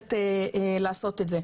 מוסמכת לעשות את זה.